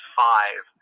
five